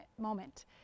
moment